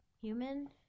human